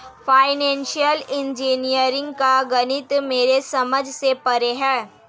financial engineering का गणित मेरे समझ से परे है